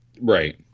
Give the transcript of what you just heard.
Right